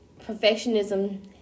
perfectionism